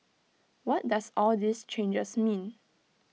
what does all these changes mean